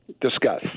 Discuss